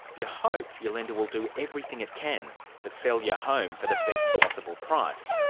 you hope your lender will do everything it can to sell your home for the best possible price.